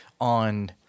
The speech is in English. on